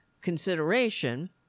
consideration